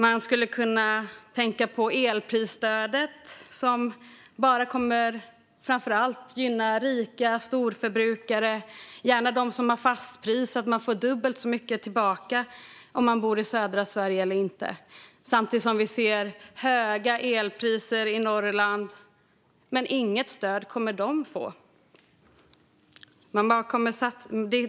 Man skulle kunna tänka på elprisstödet, som framför allt kommer att gynna rika storförbrukare - gärna sådana som har fast pris - så att de får dubbelt så mycket tillbaka, beroende på om de bor i södra Sverige eller inte. Samtidigt ser vi höga elpriser i Norrland, men människor i Norrland får inget stöd.